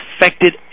affected